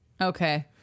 Okay